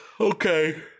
Okay